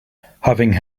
having